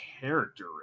character